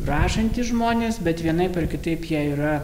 rašantys žmonės bet vienaip ar kitaip jie yra